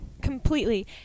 completely